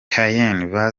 caen